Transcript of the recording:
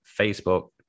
Facebook